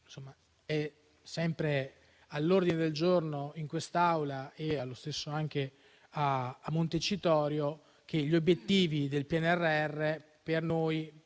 È sempre all'ordine del giorno in quest'Aula e allo stesso tempo a Montecitorio che gli obiettivi del PNRR per noi